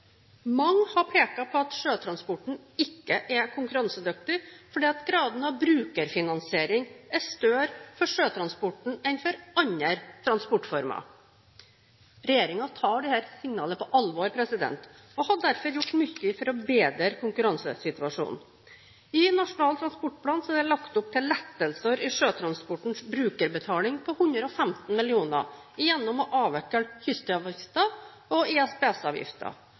Mange har pekt på at sjøtransporten ikke er konkurransedyktig fordi graden av brukerfinansiering er større for sjøtransporten enn for andre transportformer. Regjeringen tar dette signalet på alvor og har derfor gjort mye for å bedre konkurransesituasjonen. I Nasjonal transportplan er det lagt opp til lettelser i sjøtransportens brukerbetaling på 115 mill. kr gjennom å avvikle kystavgiften og